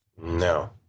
No